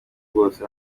bwose